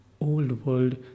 old-world